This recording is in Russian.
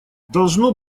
должно